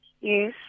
Yes